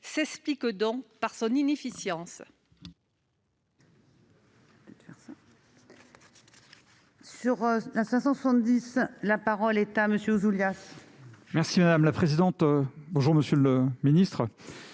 s'explique donc par l'inefficience